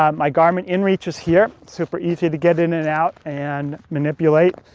um my garment in-reach is here. super easy to get in and out and manipulate.